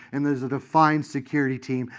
and there's a defined security team,